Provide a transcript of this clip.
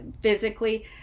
physically